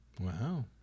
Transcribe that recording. Wow